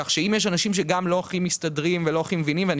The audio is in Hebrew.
כך שאם יש אנשים שגם לא הכי מסתדרים ולא הכי מבינים ואני